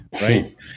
right